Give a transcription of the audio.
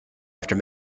after